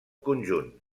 conjunt